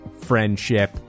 friendship